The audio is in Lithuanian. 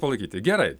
palaikyti gerai